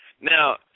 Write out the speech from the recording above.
now